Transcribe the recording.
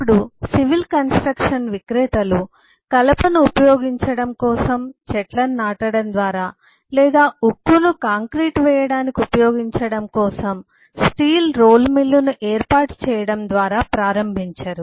ఇప్పుడు civil construction విక్రేతలు కలపను ఉపయోగించడం కోసం చెట్లను నాటడం ద్వారా లేదా ఉక్కును కాంక్రీటు వేయడానికి ఉపయోగించడం కోసం స్టీల్ రోల్ మిల్లును ఏర్పాటు చేయడం ద్వారా ప్రారంభించరు